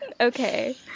Okay